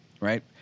Right